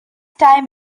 time